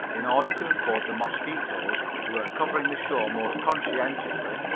in order to afford the mosquitoes who are covering the show most conscientiously,